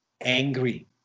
angry